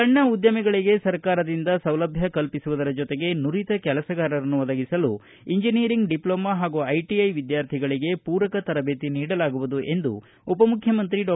ಸಣ್ಣ ಉದ್ಯಮಗಳಿಗೆ ಸರ್ಕಾರದಿಂದ ಸೌಲಭ್ತ ಕಲ್ಪಿಸುವುದರ ಜೊತೆಗೆ ನುರಿತ ಕೆಲಸಗಾರರನ್ನು ಒದಗಿಸಲು ಇಂಜಿನಿಯರಿಂಗ್ ಡಿಪ್ಲೊಮೊ ಹಾಗೂ ಐಟಿಐ ವಿದ್ಯಾರ್ಥಿಗಳಿಗೆ ಪೂರಕ ತರಬೇತಿ ನೀಡಲಾಗುವುದು ಎಂದು ಉಪಮುಖ್ಯಮಂತ್ರಿ ಡಾ